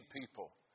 people